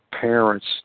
parents